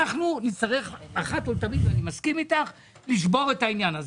אנחנו נצטרך אחת ולתמיד ואני מסכים איתך לשבור את העניין הזה.